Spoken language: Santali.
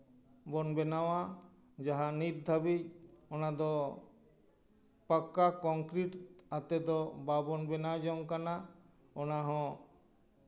ᱵᱚᱱ ᱵᱮᱱᱟᱣᱟ ᱡᱟᱦᱟᱸ ᱱᱤᱛ ᱫᱷᱟᱹᱵᱤᱡ ᱚᱱᱟ ᱫᱚ ᱯᱟᱠᱟ ᱠᱚᱝᱠᱨᱤᱴ ᱟᱛᱮ ᱫᱚ ᱵᱟᱝ ᱵᱚᱱ ᱵᱮᱱᱟᱣ ᱡᱚᱝ ᱠᱟᱱᱟ ᱚᱱᱟ ᱦᱚᱸ